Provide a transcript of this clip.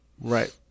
Right